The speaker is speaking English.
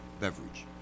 beverage